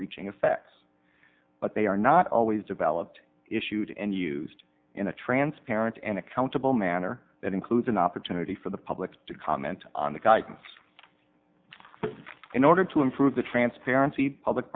reaching effects but they are not always developed issued and used in a transparent and accountable manner that includes an opportunity for the public to comment on the guidance in order to improve the transparency public